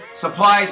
supplies